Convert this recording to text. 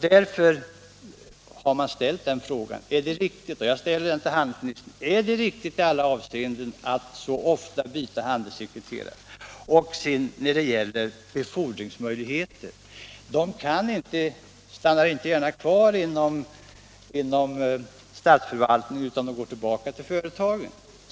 Därför har man ställt följande fråga till mig, och jag för den vidare till handelsministern: Är det riktigt i alla avseenden att så ofta byta handelssekreterare? När det gäller befordringsmöjligheterna vill jag peka på att handelssekreterarna inte gärna stannar kvar inom statsförvaltningen utan går tillbaka till företagen.